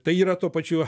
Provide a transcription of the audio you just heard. tai yra tuo pačiu